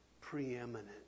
preeminent